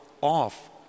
off